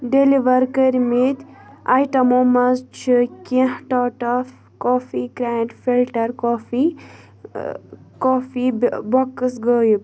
deliver کٔرمٕتۍ آیٹمو منٛز چھِ کیٚنٛہہ Tata coffee grand filter coffee ٲں کوافی بۄکٕس غٲیب